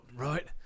Right